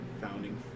founding